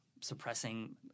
suppressing